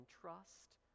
trust